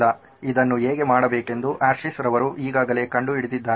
ಇದನ್ನು ಹೇಗೆ ಮಾಡಬೇಕೆಂದು ಹರ್ಷೆರವರು ಈಗಾಗಲೇ ಕಂಡುಹಿಡಿದಿದ್ದಾರೆ